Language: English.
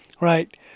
Right